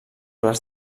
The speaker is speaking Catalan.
les